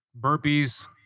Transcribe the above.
burpees